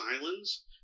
islands